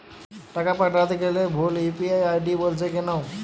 টাকা পাঠাতে গেলে ভুল ইউ.পি.আই আই.ডি বলছে কেনো?